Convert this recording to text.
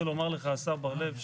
השר בר לב,